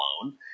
alone